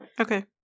Okay